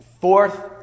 Fourth